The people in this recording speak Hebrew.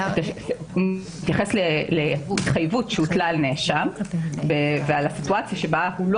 הוא מתייחס להתחייבות שהוטלה על נאשם ועל הסיטואציה בה הוא לא